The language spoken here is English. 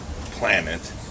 planet